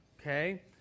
Okay